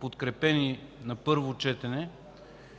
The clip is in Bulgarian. подкрепени на първо четене.